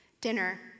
dinner